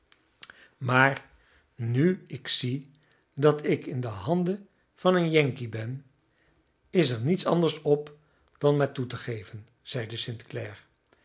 maar nu ik zie dat ik in de handen van een yankee ben is er niets anders op dan maar toe te geven zeide st